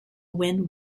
win